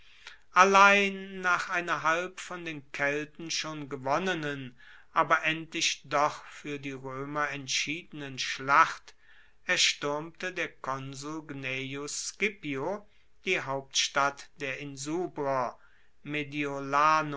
allein nach einer halb von den kelten schon gewonnenen aber endlich doch fuer die roemer entschiedenen schlacht erstuermte der konsul gnaeus scipio die hauptstadt der